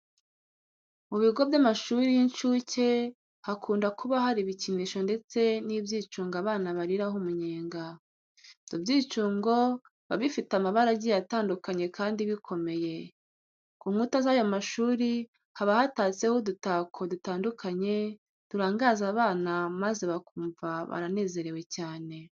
Mu bigo by'amashuri y'inshuke hakunda kuba hari ibikinisho ndetse n'ibyicungo abana bariraho umunyenga. Ibyo byicungo biba bifite amabara agiye atandukanye kandi bikomeye. Ku nkuta z'ayo mashuri haba hatatseho udutako dutandukanye turangaza abana maze bakumva baranezerewe cyane.